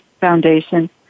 foundation